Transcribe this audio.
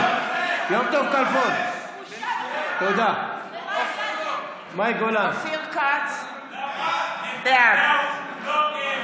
לפיד, אינו נוכח לימור מגן תלם, נגד אמילי